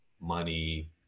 money